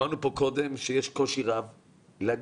שמענו פה קודם שיש קושי רב להגיע.